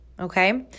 Okay